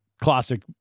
classic